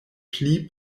pli